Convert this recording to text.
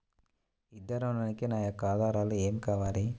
విద్యా ఋణంకి నా యొక్క ఆధారాలు ఏమి కావాలి?